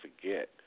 forget